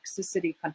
toxicity